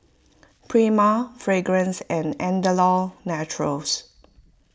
Prima Fragrance and Andalou Naturals